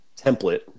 template